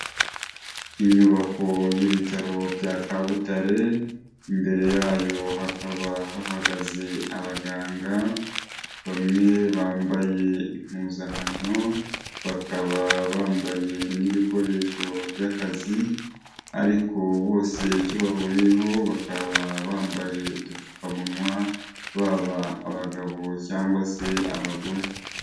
Inyubako y'ibitaro bya Kabutare, imbere yayo hakaba hahagaze abaganga, bamwe bambaye impuzankano bakaba bambaye n'ibikoresho by'akazi, ariko bose icyo bahuriyeho bakaba bambaye udupfukamunwa baba abagabo cyangwa se abagore.